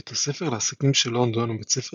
בית הספר לעסקים של לונדון הוא בית ספר